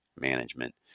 management